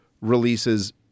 releases